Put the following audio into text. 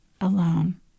alone